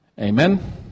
Amen